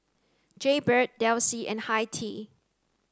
Jaybird Delsey and Hi Tea